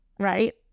Right